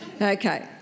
Okay